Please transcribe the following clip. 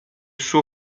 suo